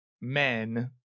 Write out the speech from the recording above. men